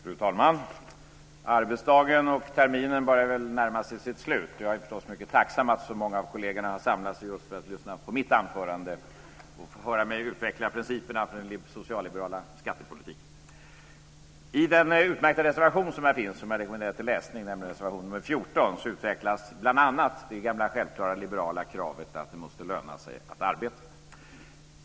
Fru talman! Arbetsdagen och terminen börjar närma sig sitt slut. Jag är förstås mycket tacksam att så många av kollegerna har samlats just för att lyssna på mitt anförande och få höra mig utveckla principerna för den socialliberala skattepolitiken. I den utmärkta reservationen nr 14, som jag rekommenderar till läsning, utvecklas bl.a. det gamla självklara liberala kravet att det måste löna sig att arbeta.